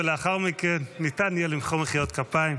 ולאחר מכן יהיה ניתן למחוא מחיאות כפיים.